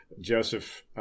Joseph